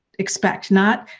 expect not,